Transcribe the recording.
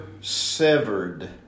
severed